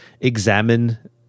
examine